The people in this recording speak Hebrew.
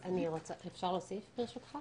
אפשר להוסיף, ברשותך?